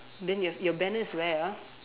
then your your banner is where ah